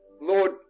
lord